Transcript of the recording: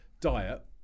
Diet